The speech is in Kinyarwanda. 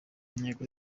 intego